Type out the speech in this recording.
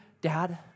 dad